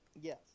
Yes